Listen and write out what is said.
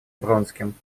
вронским